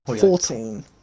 Fourteen